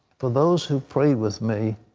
for those who prayed with me,